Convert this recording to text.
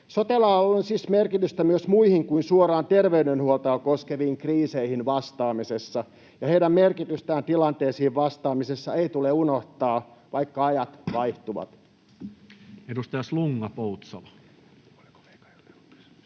Sote-alalla on siis merkitystä myös muihin kuin suoraan terveydenhuoltoa koskeviin kriiseihin vastaamisessa, ja heidän merkitystään tilanteisiin vastaamisessa ei tule unohtaa, vaikka ajat vaihtuvat. [Speech 34]